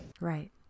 Right